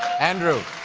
andrew,